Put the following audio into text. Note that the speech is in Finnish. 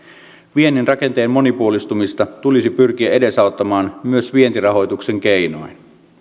viennin rakenteen monipuolistumista tulisi pyrkiä edesauttamaan myös vientirahoituksen keinoin